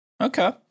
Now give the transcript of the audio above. Okay